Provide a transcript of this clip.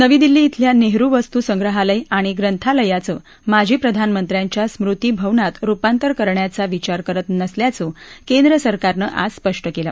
नवी दिल्ली खिल्या नेहरु वस्तू संग्रहालय आणि ग्रथांलयाचं माजी प्रधानमंत्र्यांच्या स्मृती भवनात रुपांतर करण्याचा विचार करत नसल्याचं केंद्रसरकारनं आज स्पष्ट केलं